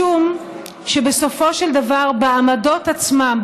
משום שבסופו של דבר בעמדות עצמן,